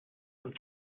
some